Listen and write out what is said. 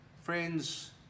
Friends